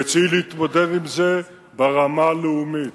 וצריך להתמודד עם זה ברמה הלאומית,